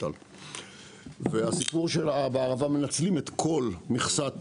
הסיפור שבערבה מנצלים את כל מכסת